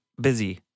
busy